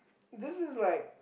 this is like